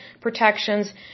protections